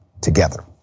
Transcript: together